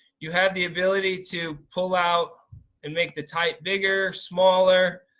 you have the ability to pull out and make the type bigger, smaller.